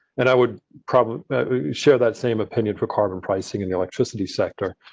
and i would probably share that same opinion for carbon pricing and the electricity sector.